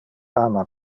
ama